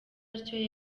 atyo